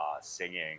singing